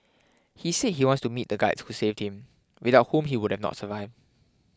he say he wants to meet the guides who saved him without whom he would not survived